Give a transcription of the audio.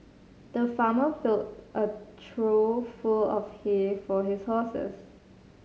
the farmer filled a trough full of hay for his horses